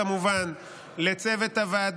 אני קובע שהצעת חוק